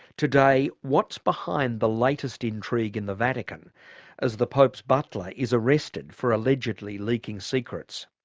today, what's behind the latest intrigue in the vatican as the pope's butler is arrested for allegedly leaking secrets?